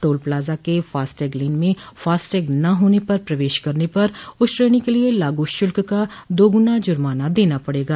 toll plaza के FASTag lane में FASTag न होने पर प्रवेश करने पर उस श्रेणी के लिए लागू शुल्क का दोगुना जुर्माना देना पड़ेगा